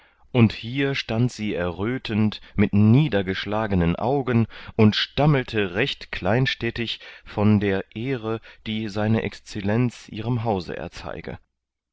und hier stand sie errötend mit niedergeschlagenen augen und stammelte recht kleinstädtisch von der ehre die seine exzellenz ihrem hause erzeige